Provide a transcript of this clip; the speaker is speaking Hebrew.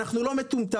אנחנו לא מטומטמים.